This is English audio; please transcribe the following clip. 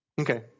Okay